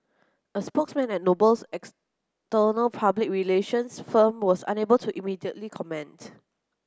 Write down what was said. a spokesman at Noble's external public relations firm was unable to immediately comment